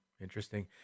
interesting